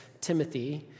Timothy